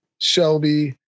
Shelby